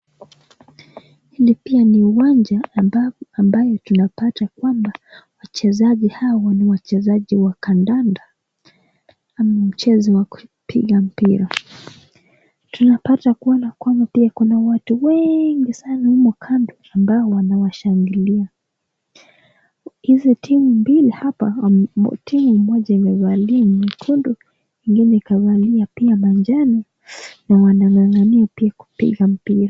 Hili pia ni uwanja, ambayo tunapata kwamba wachezaji hawa ni wachezaji wa kandanda ama mchezo wa kupiga mpira. Tunapata kuona kwamba pia kuna watu wengi sana humo kando ambao wanawashangilia. Hizi timu mbili hapa. Timu moja imevalia nyekundu, na nyingine imevalia manjane na wananga'nga'nia kupiga mpira.